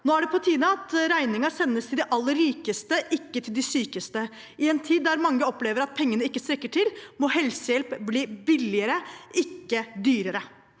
Nå er det på tide at regningen sendes til de aller rikeste, ikke til de sykeste. I en tid der mange opplever at pengene ikke strekker til, må helsehjelp bli billigere, ikke dyrere.